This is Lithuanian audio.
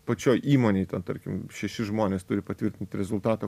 pačioj įmonėj tarkim šeši žmonės turi patvirtint rezultatą